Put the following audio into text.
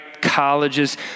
colleges